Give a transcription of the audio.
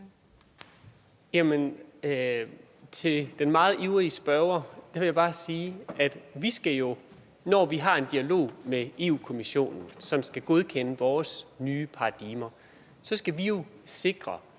til den meget ivrige spørger vil jeg bare sige, at vi jo, når vi har en dialog med Europa-Kommissionen, som skal godkende vores nye paradigmer, skal sikre,